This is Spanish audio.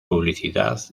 publicidad